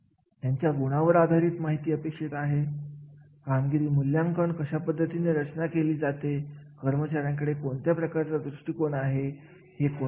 ही काही कार्य अशी असतात जे संबंधित असतात आणि दुसऱ्या कार्याची जोडलेली असतात